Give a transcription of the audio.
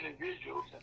individuals